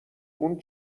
اون